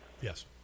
Yes